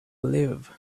live